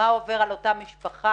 מה עובר על אותה משפחה